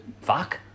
fuck